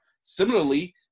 Similarly